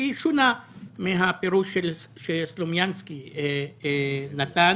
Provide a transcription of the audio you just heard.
שהיא שונה מן הפירוש שסלומינסקי נתן